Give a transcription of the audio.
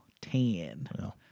tan